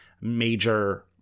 major